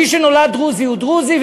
מי שנולד דרוזי הוא דרוזי,